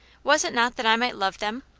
was it not that i might love them?